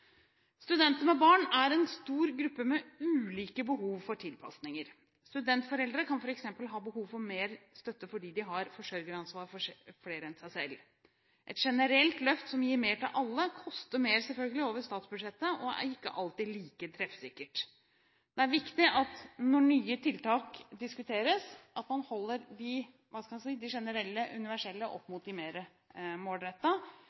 Studenter med barn er en stor gruppe med ulike behov for tilpasninger. Studentforeldre kan f.eks. ha behov for mer støtte fordi de har forsørgeransvar for flere enn seg selv. Et generelt løft som gir mer til alle, koster selvfølgelig mer over statsbudsjettet og er ikke alltid like treffsikkert. Det er viktig når nye tiltak diskuteres at man holder det – hva skal man si – generelle, universelle, opp